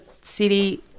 city